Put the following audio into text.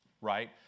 right